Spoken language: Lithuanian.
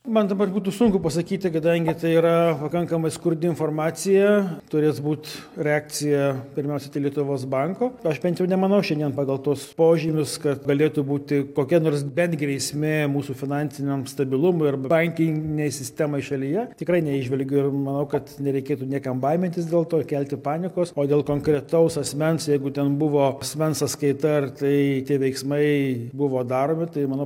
man dabar būtų sunku pasakyti kadangi tai yra pakankamai skurdi informacija turės būt reakcija pirmiausia tai lietuvos banko aš bent jau nemanau šiandien pagal tuos požymius kad galėtų būti kokia nors bent grėsmė mūsų finansiniam stabilumui ir bankinei sistemai šalyje tikrai neįžvelgiu ir manau kad nereikėtų niekam baimintis dėl to kelti panikos o dėl konkretaus asmens jeigu ten buvo asmens sąskaita ar tai tie veiksmai buvo daromi tai manau